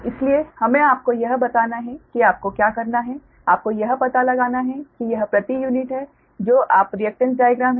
इसलिए हमें आपको यह बताना है कि आपको क्या करना है आपको यह पता लगाना है कि यह प्रति यूनिट है जो आप रिएक्टेन्स डायग्राम हैं